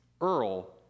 Earl